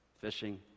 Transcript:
Fishing